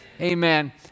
Amen